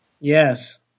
Yes